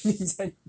link 在